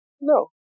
No